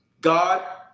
God